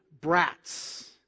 brats